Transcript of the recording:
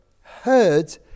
heard